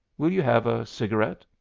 will you have a cigarette?